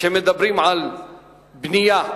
כשמדברים על בנייה למגורים.